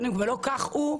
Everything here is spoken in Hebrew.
"ולא כך הוא"